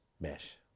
mesh